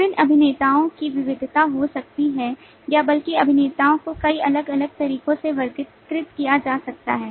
विभिन्न अभिनेताओं की विविधता हो सकती है या बल्कि अभिनेताओं को कई अलग अलग तरीकों से वर्गीकृत किया जा सकता है